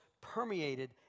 permeated